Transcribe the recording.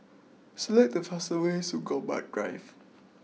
select the fastest way to Gombak Drive